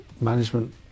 management